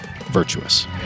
virtuous